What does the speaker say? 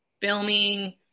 filming